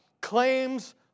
claims